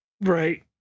Right